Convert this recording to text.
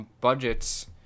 budgets